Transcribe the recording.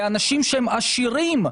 לאנשים שהם עשירים.